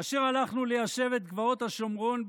כאשר הלכנו ליישב את גבעות השומרון,